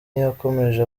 yakomeje